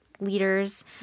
leaders